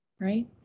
right